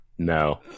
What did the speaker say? No